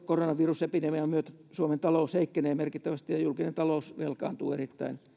koronavirusepidemian myötä suomen talous heikkenee merkittävästi ja julkinen talous velkaantuu erittäin